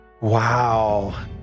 Wow